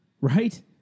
right